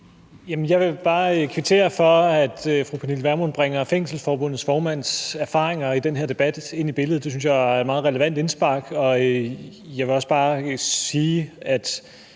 Jeg vil bare kvittere for, at fru Pernille Vermund bringer Fængselsforbundets formands erfaringer i forbindelse med den her debat ind i billedet. Det synes jeg er et meget relevant indspark, og jeg vil også bare sige, at